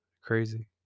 crazy